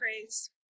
praise